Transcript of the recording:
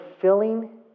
filling